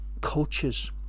cultures